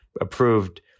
approved